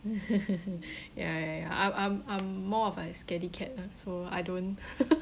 ya ya ya I'm I'm I'm more of a scaredy cat lah so I don't